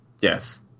Yes